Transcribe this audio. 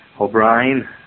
O'Brien